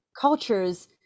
cultures